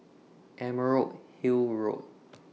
Emerald Hill Road